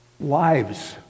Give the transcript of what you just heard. Lives